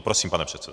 Prosím, pane předsedo.